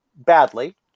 Badly